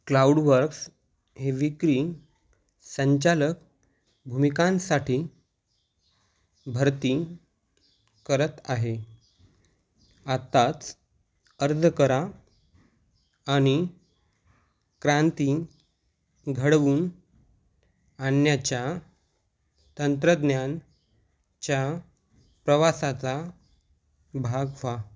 CloudWorks हे विक्री संचालक भूमिकांसाठी भरती करत आहे आत्ताच अर्ज करा आणि क्रांती घडवून आणण्याच्या तंत्रज्ञान च्या प्रवासाचा भाग व्हा